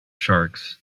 sharks